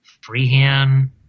freehand